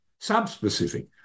subspecific